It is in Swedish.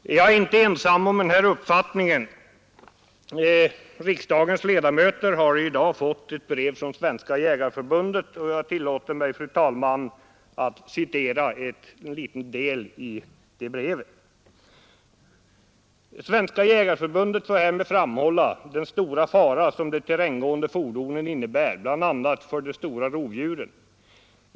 Jag är inte ensam om den här uppfattningen. Riksdagens ledamöter har i dag fått ett brev från Svenska jägareförbundet, och jag tillåter mig, fru talman, att citera ett litet avsnitt ur det brevet: ”Svenska jägareförbundet får härmed framhålla den stora fara som de terränggående fordonen innebär, bl.a. för de stora rovdjuren.